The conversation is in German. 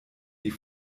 die